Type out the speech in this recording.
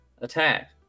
attack